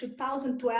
2012